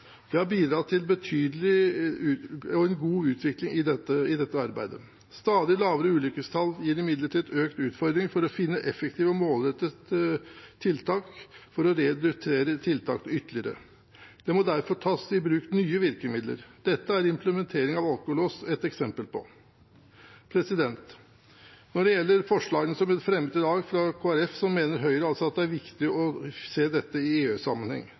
har bidratt betydelig til en god utvikling i dette arbeidet. Stadig lavere ulykkestall gir imidlertid økte utfordringer med å finne effektive og målrettede tiltak for å redusere tallene ytterligere. Det må derfor tas i bruk nye virkemidler. Dette er implementering av alkolås ett eksempel på. Når det gjelder forslagene som blir fremmet i dag fra Kristelig Folkeparti, mener Høyre altså at det er viktig å se dette i